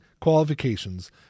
qualifications